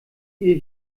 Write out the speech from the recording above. ihr